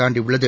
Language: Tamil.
தாண்டியுள்ளது